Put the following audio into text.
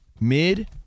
mid